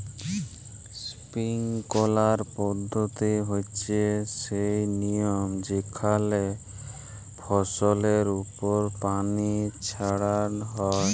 sprinkler পদ্ধতি হচ্যে সই লিয়ম যেখানে ফসলের ওপর পানি ছড়ান হয়